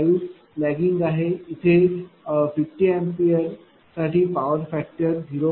5 lagging आहे आणि येथे 50 A पॉवर फॅक्टर 0